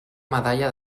medalla